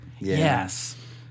Yes